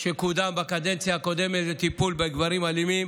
שקודם בקדנציה הקודמת לטיפול בגברים אלימים